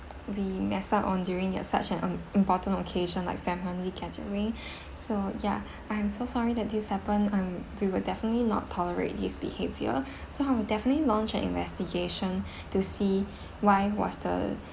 we messed up on during at such an important occasion like family gathering so ya I am so sorry that this happened I'm we will definitely not tolerate his behavior so I will definitely launch an investigation to see why was the